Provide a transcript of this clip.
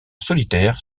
solitaire